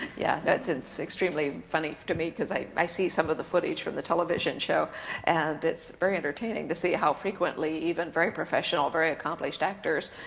yeah it's extremely funny to me because i i see some of the footage from the television show and it's very entertaining to see how frequently even very professional, very accomplished actors,